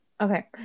okay